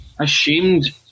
ashamed